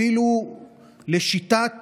אפילו לשיטת